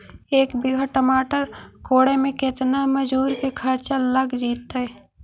एक बिघा टमाटर कोड़े मे केतना मजुर के खर्चा लग जितै?